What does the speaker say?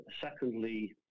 Secondly